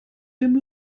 dem